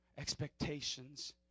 expectations